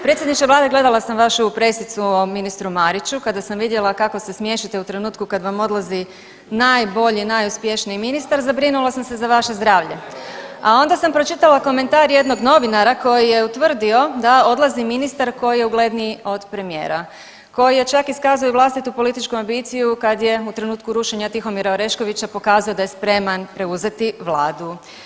Predsjedniče vlade gledala sam vašu pressicu o ministru Mariću, kada sam vidjela kako se smiješite u trenutku kad vam odlazi najbolji, najuspješniji ministar zabrinula sam se za vaše zdravlje, a onda sam pročitala komentar jednog novinara koji je utvrdio da odlazi ministar koji je ugledniji od premijera koji je čak iskazao i vlastitu političku ambiciju kad je u trenutku rušenja Tihomira Oreškovića pokazao da je spreman preuzeti vladu.